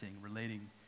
relating